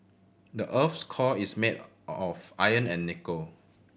the earth's core is made of iron and nickel